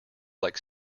like